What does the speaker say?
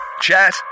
chat